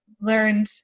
learned